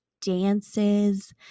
dances